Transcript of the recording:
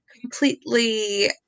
completely